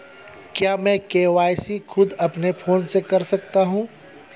क्या मैं के.वाई.सी खुद अपने फोन से कर सकता हूँ?